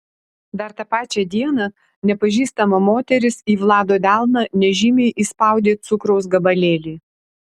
dar tą pačią dieną nepažįstama moteris į vlado delną nežymiai įspaudė cukraus gabalėlį